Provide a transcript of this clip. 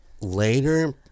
Later